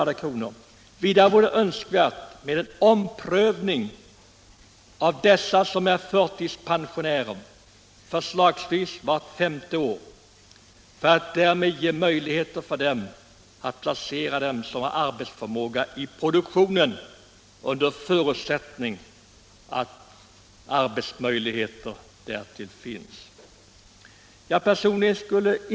Det vore också önskvärt med en omprövning, förslagsvis vart femte år, för att om möjligt placera dem som har tillfredsställande arbetsförmåga i produktionen, om arbetsmöjligheter finns på marknaden.